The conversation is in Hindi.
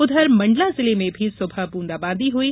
उधर मंडला जिले में भी सुबह बुंदाबांदी हुई